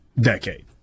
decade